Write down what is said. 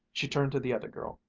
she turned to the other girl,